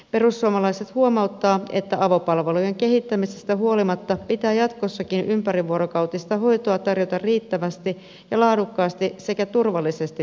perussuomalaiset huomauttaa että avopalvelujen kehittämisestä huolimatta pitää jatkossakin ympärivuorokautista hoitoa tarjota riittävästi ja laadukkaasti sekä turvallisesti toteuttaen